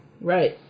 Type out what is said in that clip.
Right